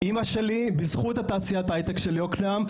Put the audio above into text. אמא שלי בזכות תעשיית ההיי-טק של יוקנעם,